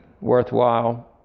worthwhile